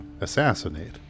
assassinate